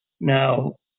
Now